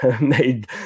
made